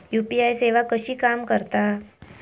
UPI सेवा कशी काम करता?